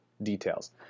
details